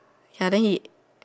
ya then he